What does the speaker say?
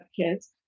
kids